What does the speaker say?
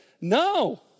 no